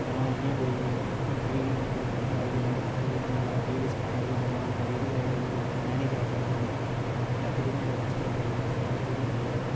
ground जि'यां कोई बीह् बीह् किल्लो बाई बाई किल्लो मीटर दूर जिया लाटी आह्लली साइड आई हा जां मानतलाई आह्लली साइड आई हा चनैनी ग्रांउड आई गेआ कोई जां फिर उधमपुर डिसट्रिक च आई गेआ जियां सबाश स्टेडियम आई गेआ साढ़ा